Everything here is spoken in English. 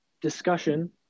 discussion